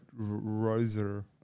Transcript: Roser